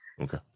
Okay